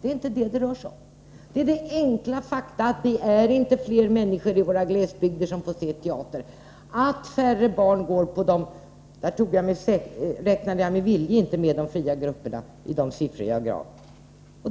Det är inte det det rör sig om. Det är det enkla faktum att det inte är flera människor i våra glesbygder som får se teater och att färre barn går på barnteaterföreställningar — det var med vilje jag inte räknade med de fria gruppernas föreställningar i de siffror jag angav.